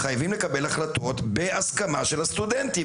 חייבים לקבל החלטות בהסכמה של הסטודנטים.